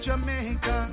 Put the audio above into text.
Jamaica